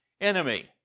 enemy